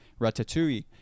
ratatouille